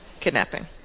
kidnapping